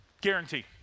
Guarantee